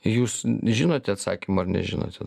jūs žinote atsakymą ar nežinote